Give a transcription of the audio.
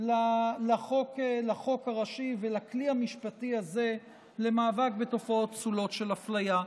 לחוק הראשי ולכלי המשפטי הזה למאבק בתופעות פסולות של הפליה.